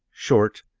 short,